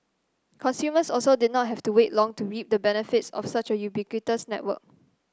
consumers also did not have to wait long to reap the benefits of such a ubiquitous network